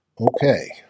Okay